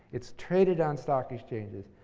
it's traded on stock exchanges.